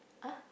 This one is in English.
!huh!